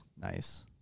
Nice